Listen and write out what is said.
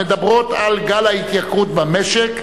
המדברת על "גל ההתייקרויות במשק",